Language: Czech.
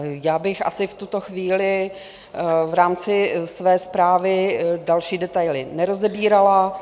Já bych asi v tuto chvíli v rámci své zprávy další detaily nerozebírala.